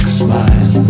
smile